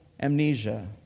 amnesia